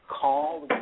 call